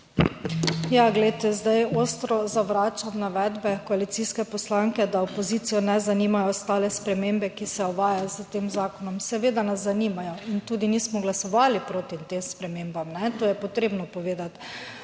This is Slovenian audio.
Ja, glejte, zdaj ostro zavračam navedbe koalicijske poslanke, da opozicijo ne zanimajo ostale spremembe, ki se uvajajo s tem zakonom. Seveda nas zanimajo in tudi nismo glasovali proti tem spremembam, to je potrebno povedati,